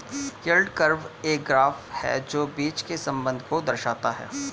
yield curve एक graph है जो बीच के संबंध को दर्शाता है